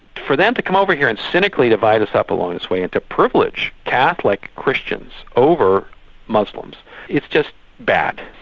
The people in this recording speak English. for them to come over here and cynically divide us up along this way and to privilege catholic christians over muslims it's just bad.